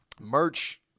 merch